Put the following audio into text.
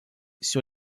sur